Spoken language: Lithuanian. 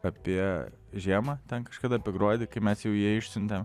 apie žiemą ten kažkada apie gruodį kai mes jau jį išsiuntėm